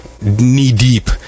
knee-deep